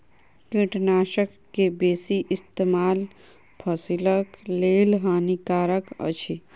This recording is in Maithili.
कीटनाशक के बेसी इस्तेमाल फसिलक लेल हानिकारक अछि